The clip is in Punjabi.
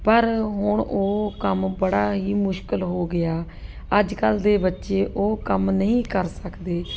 ਪਰ ਹੁਣ ਉਹ ਕੰਮ ਬੜਾ ਹੀ ਮੁਸ਼ਕਿਲ ਹੋ ਗਿਆ ਅੱਜ ਕੱਲ੍ਹ ਦੇ ਬੱਚੇ ਉਹ ਕੰਮ ਨਹੀਂ ਕਰ ਸਕਦੇ